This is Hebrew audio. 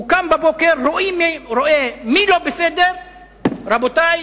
הוא קם בבוקר, רואה מי לא בסדר, רבותי,